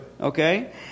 Okay